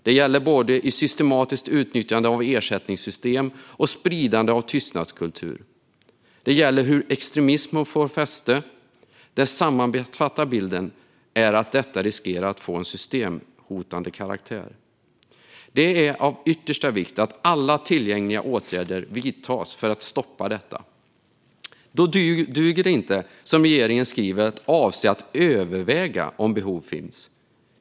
Det gäller både i systematiskt utnyttjande av ersättningssystem och spridande av tystnadskultur. Det gäller hur extremism får fäste. Den sammansatta bilden är att detta riskerar att få en systemhotande karaktär. Det är därför av yttersta vikt att alla tillgängliga åtgärder vidtas för att stoppa detta. Då duger det inte, som regeringen skriver, att avse att överväga om behov finns.